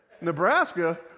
Nebraska